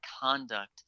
conduct